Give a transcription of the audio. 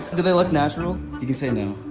do they look natural? did you say no?